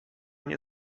nie